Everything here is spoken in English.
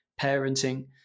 parenting